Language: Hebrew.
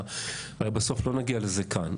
הרי בסוף לא נגיע לזה כאן.